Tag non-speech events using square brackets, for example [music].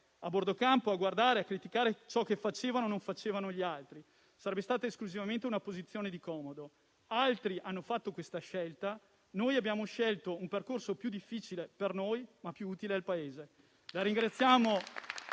a bordo campo a guardare e a criticare ciò che facevano o non facevano gli altri; sarebbe stata esclusivamente una posizione di comodo. Altri hanno fatto questa scelta; noi abbiamo scelto un percorso più difficile per noi, ma più utile al Paese. [applause]